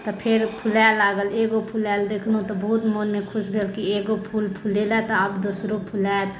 तऽ फेर फूलाय लागल एगो फूलायल देखलहुँ तऽ बहुत मनमे खुश भेल जे एगो फूल फूलेलै तऽ आब दोसरो फूलायत